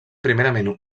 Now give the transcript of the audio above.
primerament